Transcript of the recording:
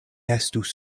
estus